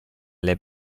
alle